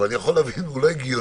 אבל אני יכול להבין שזה לא הגיוני